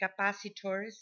capacitors